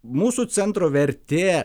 mūsų centro vertė